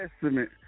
Testament